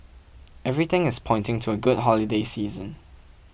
everything is pointing to a good holiday season